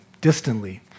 distantly